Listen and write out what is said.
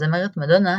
הזמרת מדונה,